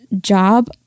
job